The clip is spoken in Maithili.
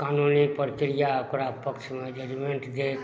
कानूनी परक्रिआ ओकरा पक्षमे जजमेंट देत